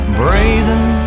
breathing